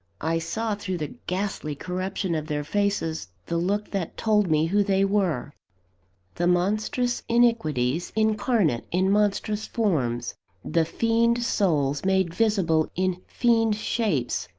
i saw through the ghastly corruption of their faces the look that told me who they were the monstrous iniquities incarnate in monstrous forms the fiend-souls made visible in fiend-shapes